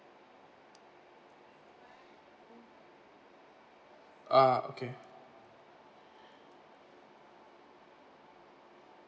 ah okay